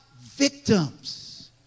victims